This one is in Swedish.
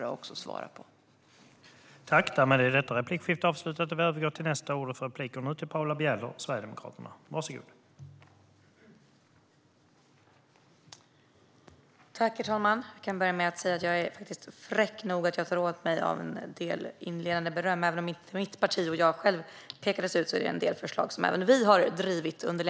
Det är också de som måste svara på detta.